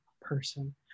person